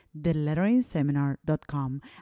theletteringseminar.com